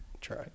Try